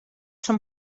són